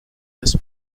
des